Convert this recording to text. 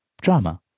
drama